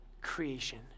creation